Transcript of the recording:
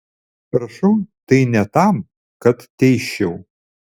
rašau tai ne tam kad teisčiau